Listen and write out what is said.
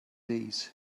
days